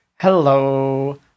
Hello